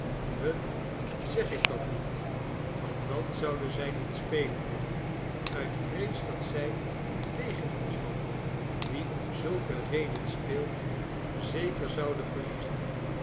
hun zeg ik dat niet want dan zouden zij niet spelen willen uit vrees dat zij tegen iemand die om zulke reden speelt zeker zouden verliezen